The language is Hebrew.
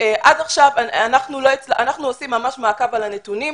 אנחנו עושים ממש מעקב שעל הנתונים.